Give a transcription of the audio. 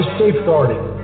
safeguarding